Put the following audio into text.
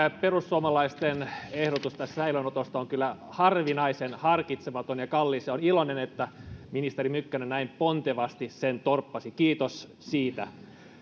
perussuomalaisten ehdotus säilöönotosta on kyllä harvinaisen harkitsematon ja kallis ja olen iloinen että ministeri mykkänen näin pontevasti sen torppasi kiitos siitä